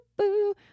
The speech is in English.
-boo